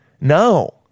no